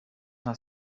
nta